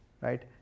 right